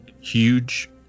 huge